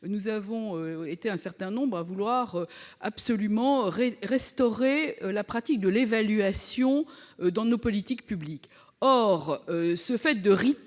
nous avons été un certain nombre à vouloir restaurer la pratique de l'évaluation de nos politiques publiques. Or, ici, nous ne